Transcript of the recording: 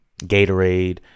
Gatorade